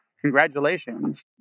congratulations